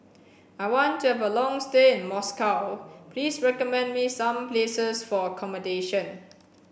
I want to have a long stay in Moscow Please recommend me some places for accommodation